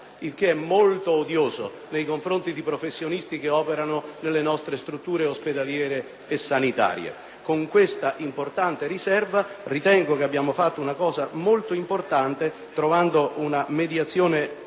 Ciò è molto odioso nei confronti di professionisti che operano nelle nostre strutture ospedaliere e sanitarie. Ritengo che abbiamo fatto una cosa molto importante trovando una mediazione avanzata